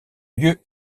lieu